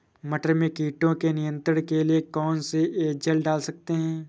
मटर में कीटों के नियंत्रण के लिए कौन सी एजल डाल सकते हैं?